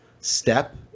step